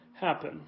happen